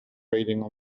ratings